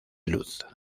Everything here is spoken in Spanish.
luz